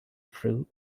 through